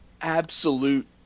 absolute